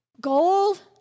Gold